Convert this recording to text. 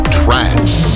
trance